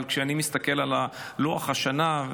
אבל כשאני מסתכל על לוח השנה,